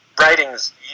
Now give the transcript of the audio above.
writing's